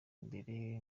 imbere